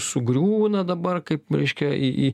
sugriūna dabar kaip reiškia į į